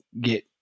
get